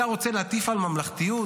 אתה רוצה להטיף על ממלכתיות?